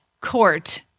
court